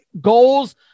goals